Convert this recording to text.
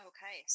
Okay